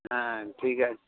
হ্যাঁ ঠিক আছে